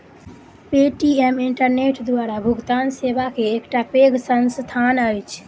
Paytm internet द्वारा भुगतान सेवा के एकटा पैघ संस्थान अछि